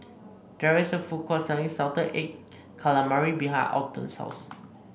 there is a food court selling Salted Egg Calamari behind Alton's house